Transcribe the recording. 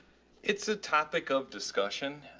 it's a topic of discussion.